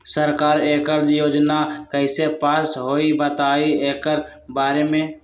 सरकार एकड़ योजना कईसे पास होई बताई एकर बारे मे?